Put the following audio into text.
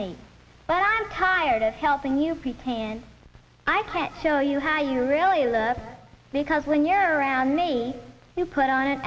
me but i'm tired of helping you p k and i can't show you how you really love because when you're around me you put on it